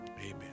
Amen